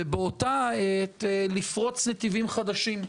ובאותה העת לפרוץ נתיבים חדשים.